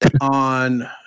on